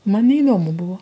man neįdomu buvo